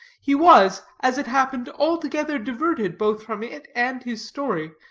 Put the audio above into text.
he was, as it happened, altogether diverted both from it and his story,